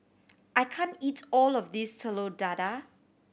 I can't eat all of this Telur Dadah